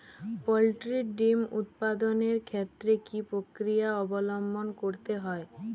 Poultry ডিম উৎপাদনের ক্ষেত্রে কি পক্রিয়া অবলম্বন করতে হয়?